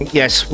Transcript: yes